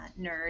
nerd